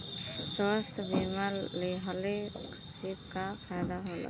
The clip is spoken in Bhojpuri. स्वास्थ्य बीमा लेहले से का फायदा होला?